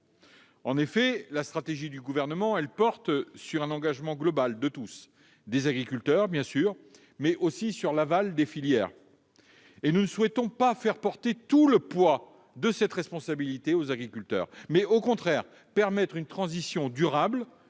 En effet, la stratégie du Gouvernement repose sur un engagement de tous : les agriculteurs, bien sûr, mais aussi l'aval des filières. Nous ne souhaitons pas faire peser tout le poids de cette responsabilité sur les agriculteurs. Nous voulons au contraire permettre une transition durable